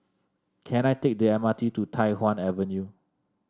can I take the M R T to Tai Hwan Avenue